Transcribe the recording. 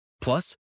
Plus